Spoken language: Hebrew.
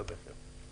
שלום לכולם.